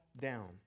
down